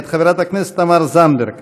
מאת חברת הכנסת תמר זנדברג: